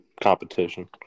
Competition